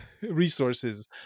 resources